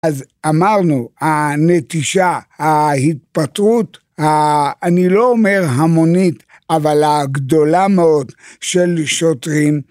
אז אמרנו הנטישה ההתפטרות, אני לא אומר המונית אבל הגדולה מאוד של שוטרים.